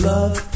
Love